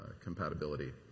compatibility